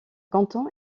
canton